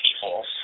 people